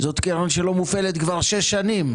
זאת קרן שלא מופעלת כבר שש שנים.